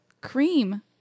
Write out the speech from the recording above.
cream